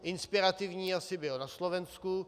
Inspirativní asi byl na Slovensku.